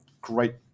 great